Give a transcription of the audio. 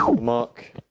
Mark